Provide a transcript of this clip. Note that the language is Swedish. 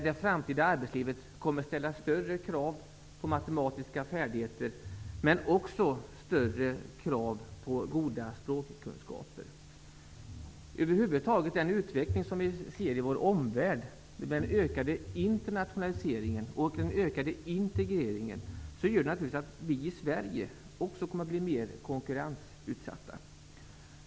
Det framtida arbetslivet kommer att ställa högre krav på matematiska färdigheter men också på goda språkkunskaper. Den utveckling som vi ser i vår omvärld, den ökade internationaliseringen och den ökade integreringen, gör naturligtvis att också vi i Sverige kommer att blir mer konkurrensutsatta.